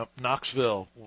Knoxville